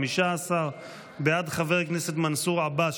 15. בעד חבר הכנסת מנסור עבאס,